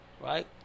right